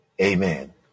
Amen